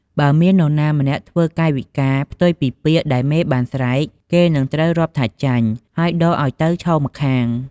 បើមាននរណាធ្វើកាយវិការផ្ទុយពីពាក្យដែលមេបានស្រែក គេនឹងត្រូវរាប់ថាចាញ់ ហើយដកឱ្យទៅឈរម្ខាង។